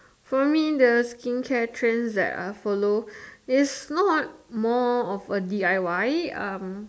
for me the skincare trends that I follow is not more of a D_I_Y um